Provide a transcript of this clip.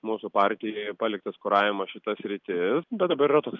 mūsų partijai paliktas kuravimo šita sritis bet dabar yra toks